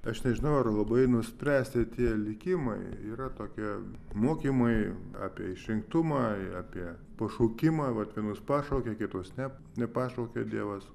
aš nežinau ar labai nuspręsti tie likimai yra tokie mokymai apie išrinktumą apie pašaukimą vat vienus pašaukė kitus ne nepašaukė dievas